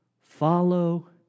follow